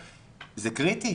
זה קריטי.